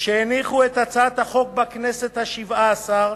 שהניחו את הצעת החוק בכנסת השבע-עשרה,